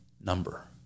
number